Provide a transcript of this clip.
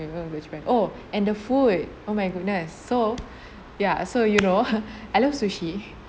with all respect oh and the food oh my goodness so ya so you know I love sushi